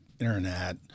internet